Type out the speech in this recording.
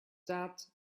that